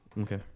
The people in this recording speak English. Okay